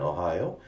Ohio